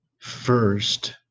first